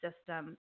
system